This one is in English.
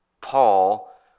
Paul